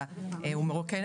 זה גורם מסכסך.